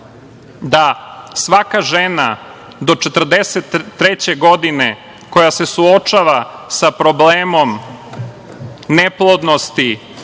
da svaka žena do 43 godine koja se suočava sa problemom neplodnosti